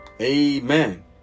amen